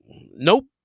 nope